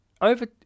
over